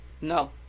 No